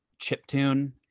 chiptune